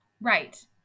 Right